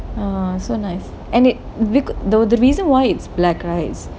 ah so nice and it because the reason why it's black right is becase the rocks